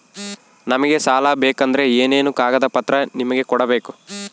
ನಮಗೆ ಸಾಲ ಬೇಕಂದ್ರೆ ಏನೇನು ಕಾಗದ ಪತ್ರ ನಿಮಗೆ ಕೊಡ್ಬೇಕು?